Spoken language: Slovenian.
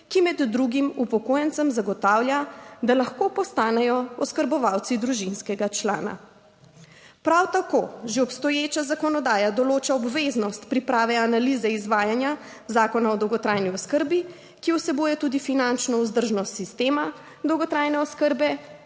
ki med drugim upokojencem zagotavlja, da lahko postanejo oskrbovalci družinskega člana. Prav tako že obstoječa zakonodaja določa obveznost priprave analize izvajanja Zakona o dolgotrajni oskrbi, ki vsebuje tudi finančno vzdržnost sistema dolgotrajne oskrbe,